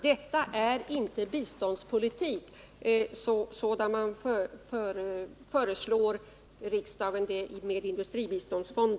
Det är inte biståndspolitik man föreslår riksdagen med denna industribiståndsfond.